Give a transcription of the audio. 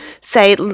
say